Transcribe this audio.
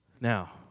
Now